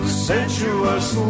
sensuous